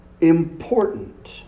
important